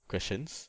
questions